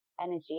energy